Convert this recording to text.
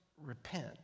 repent